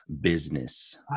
business